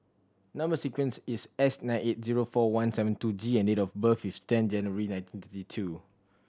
number sequence is S nine eight zero four one seven two G and date of birth is ten January nineteen thirty two